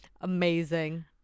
amazing